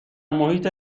محیط